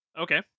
Okay